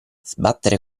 sbattere